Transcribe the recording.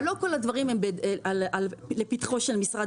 לא כל הדברים הם לפתחו של משרד